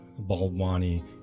baldwani